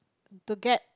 to get